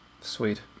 Sweet